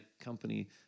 company